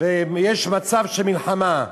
ויש מצב של מלחמה.